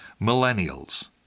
millennials